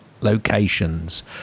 locations